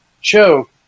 show